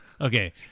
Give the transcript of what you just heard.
Okay